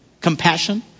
Compassion